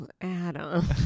adam